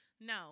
No